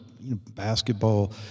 basketball –